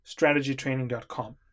strategytraining.com